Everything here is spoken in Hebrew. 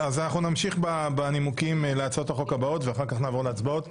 נמשיך בנימוקים להצעות החוק הבאות ואחר כך נעבור להצבעות.